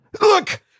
Look